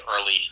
early